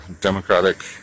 Democratic